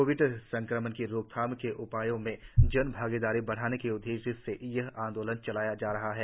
Covid संक्रमण की रोकथाम के उपायों में जन भागीदारी बढ़ाने के उद्देश्य से यह आंदोलन चलाया जा रहा है